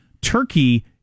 Turkey